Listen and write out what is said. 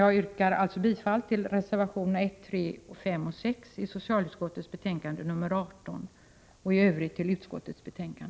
Jag yrkar alltså bifall till reservationerna 1, 3, 5 och 6 i socialutskottets betänkande nr 18 och i övrigt bifall till utskottets hemställan.